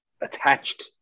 attached